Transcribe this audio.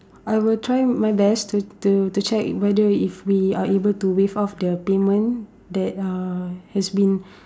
I will try my best to to to check whether if we are able to waive off the payment that uh has been